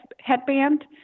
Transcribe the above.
headband